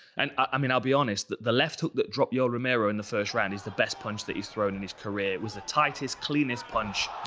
and, i mean, i'll be honest, the left hook that dropped yoel romero in the first round is the best punch he's thrown in his career. it was the tightest, cleanest punch.